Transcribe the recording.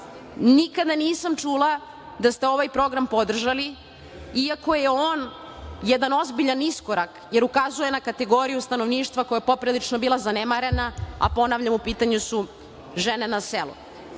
nisam čula da ste ovaj program podržali, iako je on jedan ozbiljan iskorak, jer ukazuje na kategoriju stanovništva koja je poprilično bila zanemarena. Ponavljam, u pitanju su žene na selu. Prvi